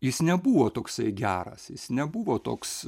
jis nebuvo toksai geras jis nebuvo toks